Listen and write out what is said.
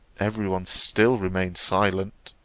every one still remained silent.